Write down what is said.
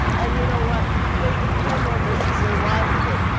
and you know what, they depend on this as their livelihood,